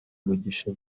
mugisha